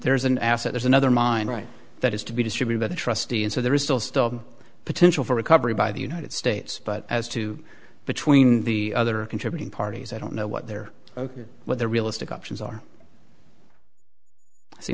there is an asset there's another mine right that is to be distributed trustee and so there is still still a potential for recovery by the united states but as to between the other contributing parties i don't know what they're ok but they're realistic options are i see